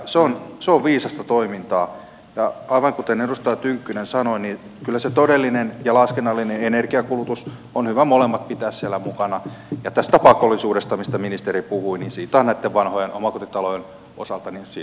se on viisasta toimintaa ja aivan kuten edustaja tynkkynen sanoi kyllä todellinen ja laskennallinen energiankulutus on hyvä molemmat pitää siellä mukana ja tästä pakollisuudesta mistä ministeri puhui on näitten vanhojen omakotitalojen osalta syytä luopua